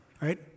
right